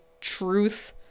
truth